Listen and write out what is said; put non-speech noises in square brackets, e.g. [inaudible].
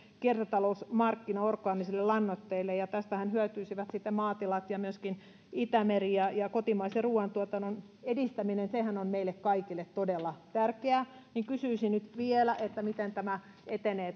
kiertotalousmarkkina orgaanisille lannoitteille tästähän hyötyisivät sitten maatilat ja myöskin itämeri ja kotimaisen ruoantuotannon edistäminen sehän on meille kaikille todella tärkeää kysyisin nyt vielä miten tämä kokeilu etenee [unintelligible]